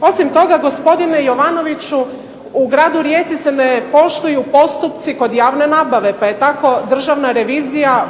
Osim toga gospodine Jovanoviću u gradu Rijeci se ne poštuju postupci kod javne nabave, pa je tako Državna revizija